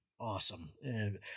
awesome